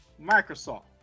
Microsoft